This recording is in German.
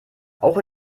auch